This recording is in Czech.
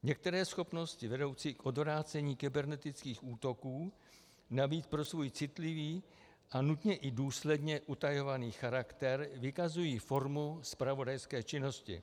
Některé schopnosti vedoucí k odvrácení kybernetických útoků navíc pro svůj citlivý a nutně i důsledně utajovaný charakter vykazují formu zpravodajské činnosti.